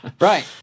Right